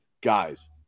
guys